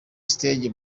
stage